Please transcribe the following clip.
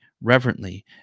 reverently